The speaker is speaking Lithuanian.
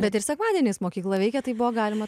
bet ir sekmadieniais mokykla veikė tai buvo galima